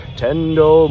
tendo